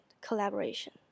collaboration